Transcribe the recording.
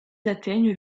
atteignent